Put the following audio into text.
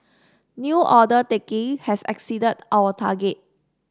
new order taking has exceeded our target